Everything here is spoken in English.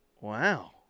Wow